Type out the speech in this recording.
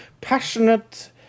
passionate